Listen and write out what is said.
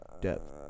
depth